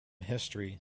history